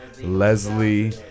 Leslie